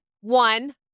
one